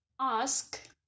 Ask